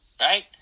right